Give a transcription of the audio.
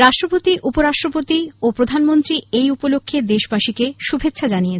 রাষ্ট্রপতি উপরাষ্ট্রপতি ও প্রধানমন্ত্রী এই উপলক্ষে দেশবাসীকে শুভেচ্ছা জানিয়েছেন